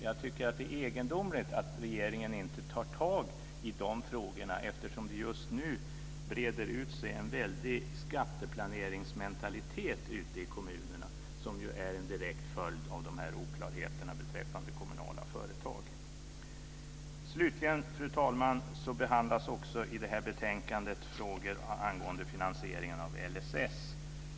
Jag tycker att det är egendomligt att regeringen inte tar tag i de frågorna, eftersom det just nu breder ut sig en väldig skatteplaneringsmentalitet ute i kommunerna som är en direkt följd av oklarheterna beträffande kommunala företag. Slutligen, fru talman, behandlas i det här betänkandet frågor angående finansieringen av LSS.